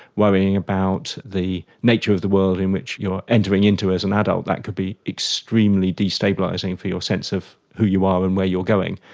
worrying about the nature of the world in which you are entering into as an adult, that can be extremely destabilising for your sense of who you are and where you are going.